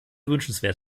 wünschenswert